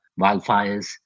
wildfires